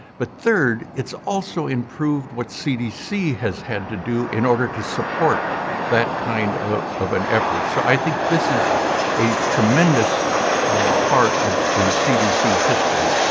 but third it's also improved what cdc has had to do in order to support that kind of of an effort. so i think this is a tremendous part of the cdc history.